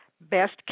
Best